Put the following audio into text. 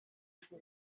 ibyo